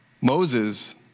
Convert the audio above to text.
Moses